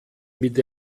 mit